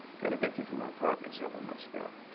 got evicted from her apartment several months ago.